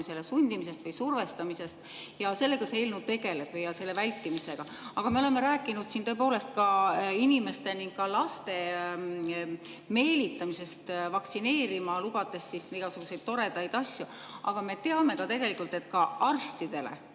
sundimisest või survestamisest. Sellega see eelnõu tegeleb, ja selle vältimisega. Me oleme rääkinud siin tõepoolest ka inimeste, samuti laste meelitamisest vaktsineerima, lubades igasuguseid toredaid asju, aga me teame tegelikult, et ka arstidele